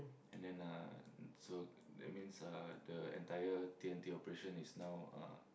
and then uh so that means uh the entire t_n_t operation is now uh